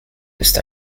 ist